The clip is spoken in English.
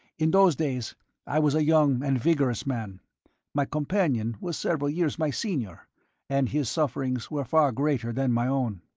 in those days i was a young and vigorous man my companion was several years my senior and his sufferings were far greater than my own.